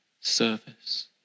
service